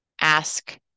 ask